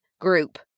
Group